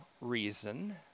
reason